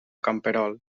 camperol